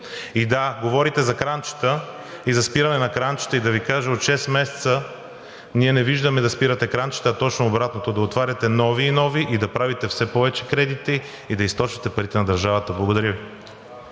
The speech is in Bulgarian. И, да, говорите за кранчета и за спиране на кранчета. Да Ви кажа, от шест месеца ние не виждаме да спирате кранчета, а точно обратното – да отваряте нови и нови, и да правите все повече кредити, и да източвате парите на държавата. Благодаря Ви.